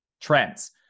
trends